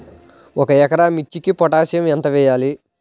ఒక ఎకరా మిర్చీకి పొటాషియం ఎంత వెయ్యాలి?